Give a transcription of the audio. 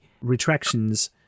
retractions